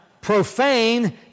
profane